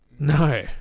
No